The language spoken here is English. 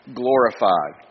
glorified